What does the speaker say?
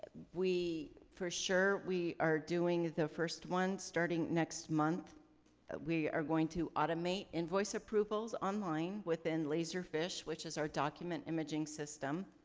we, for sure, we are doing the first one starting next but we are going to automate invoice approvals online within laserfiche which is our document imaging system.